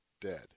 dead